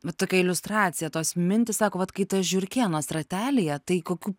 vat tokia iliustracija tos mintys sako vat kai tas žiurkėnas ratelyje tai kokių